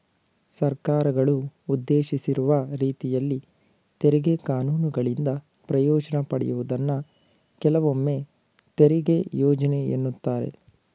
ಸರ್ಕಾರಗಳು ಉದ್ದೇಶಿಸಿರುವ ರೀತಿಯಲ್ಲಿ ತೆರಿಗೆ ಕಾನೂನುಗಳಿಂದ ಪ್ರಯೋಜ್ನ ಪಡೆಯುವುದನ್ನ ಕೆಲವೊಮ್ಮೆತೆರಿಗೆ ಯೋಜ್ನೆ ಎನ್ನುತ್ತಾರೆ